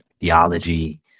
theology